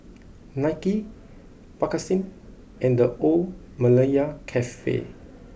Nike Bakerzin and The Old Malaya Cafe